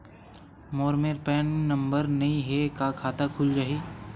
मोर मेर PAN number नई हे का खाता खुल जाही?